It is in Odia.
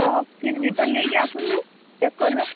ତ ଫିର ଭିତ ନେଇକି ଆସନ୍ତୁ ଚେକ୍ କରିବା